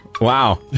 Wow